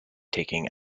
taking